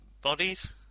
Bodies